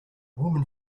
woman